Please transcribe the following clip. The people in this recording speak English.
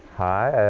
hi,